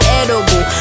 edible